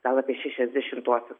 gal apie šešiasdešimtuosius